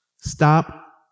Stop